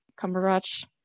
Cumberbatch